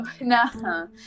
no